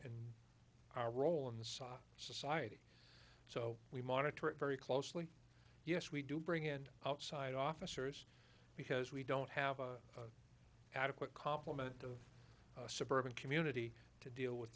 in our role in the soft society so we monitor it very closely yes we do bring in outside officers because we don't have adequate complement of suburban community to deal with